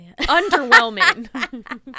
underwhelming